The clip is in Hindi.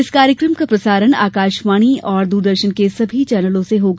इस कार्यक्रम का प्रसारण आकाशवाणी और दूरदर्शन के सभी चैनलों से होगा